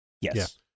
Yes